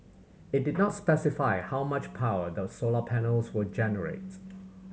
it did not specify how much power the solar panels will generates